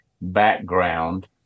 background